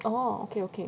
oh okay okay